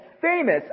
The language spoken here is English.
famous